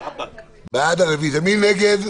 הסתייגות 4. מי נגד?